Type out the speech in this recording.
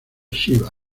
chiba